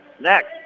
next